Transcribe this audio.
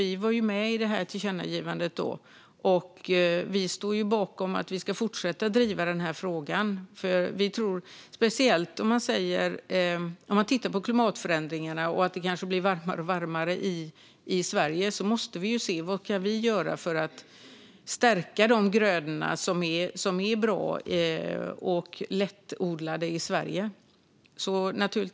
Vi var med om tillkännagivandet, och vi står bakom att fortsätta att driva denna fråga. Med tanke på klimatförändringarna och att det kanske blir varmare och varmare i Sverige måste vi se vad vi kan göra för att stärka de grödor som är bra och lättodlade i Sverige.